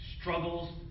struggles